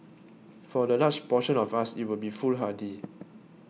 for the large portion of us it would be foolhardy